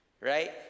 right